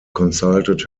consulted